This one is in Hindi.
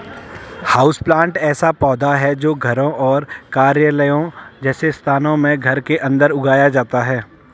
हाउसप्लांट ऐसा पौधा है जो घरों और कार्यालयों जैसे स्थानों में घर के अंदर उगाया जाता है